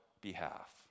behalf